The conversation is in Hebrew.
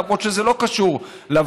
למרות שזה לא קשור לוותמ"ל,